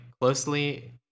closely